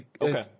Okay